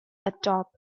atop